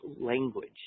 language